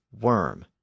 Worm